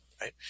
right